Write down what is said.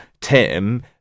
Tim